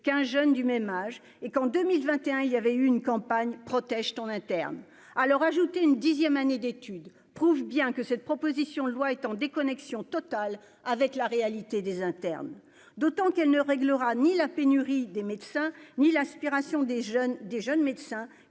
jeune du même âge et qu'en 2021 il y avait eu une campagne protège en interne à ajouter une dixième année d'étude prouve bien que cette proposition de loi étant déconnexion totale avec la réalité des internes, d'autant qu'elle ne réglera ni la pénurie des médecins ni l'aspiration des jeunes, des